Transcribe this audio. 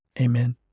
Amen